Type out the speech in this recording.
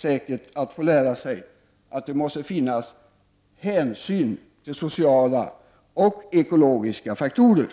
säkert snart att få lära sig att det måste tas hänsyn till sociala och ekologiska faktorer.